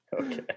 okay